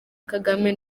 kagame